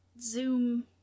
Zoom